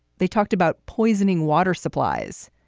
they talked about poisoning water supplies.